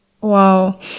Wow